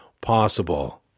possible